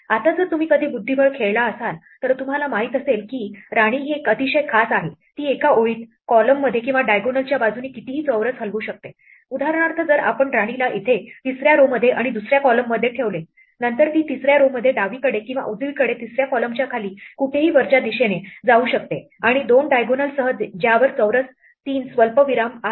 आता जर तुम्ही कधी बुद्धिबळ खेळला असेल तर तुम्हाला माहित असेल की राणी ही एक अतिशय खास आहे ती एका ओळीत column कॉलममध्ये किंवा diagonal च्या बाजूने कितीही चौरस हलवू शकते उदाहरणार्थ जर आपण राणीला येथे तिसऱ्या row मध्ये आणि दुसऱ्या column मध्ये नंतर ती तिसऱ्या row मध्ये डावीकडे किंवा उजवीकडे तिसऱ्या column च्या खाली कुठेही वरच्या दिशेने जाऊ शकतो आणि दोन diagonal सह ज्यावर चौरस तीन स्वल्पविराम आहेत